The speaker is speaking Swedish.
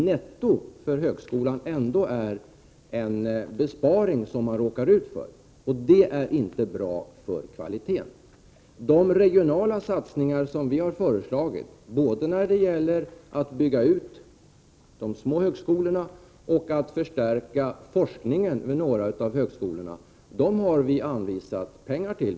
Netto blir det dock ändå en besparing på högskolan, och det är inte bra för kvaliteten. När det gäller de regionala satsningar som vi har föreslagit — både en utbyggnad av de små högskolorna och en förstärkning av forskningen vid några av högskolorna — har vi också visat hur detta kan finansieras.